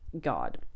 God